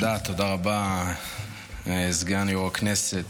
תודה, תודה רבה, סגן יו"ר הכנסת.